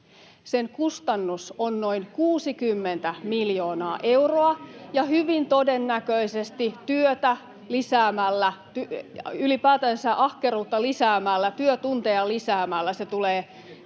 ryhmästä: Se on pieni?] ja hyvin todennäköisesti työtä lisäämällä, ylipäätänsä ahkeruutta lisäämällä, työtunteja lisäämällä, se tulee itse